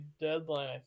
deadline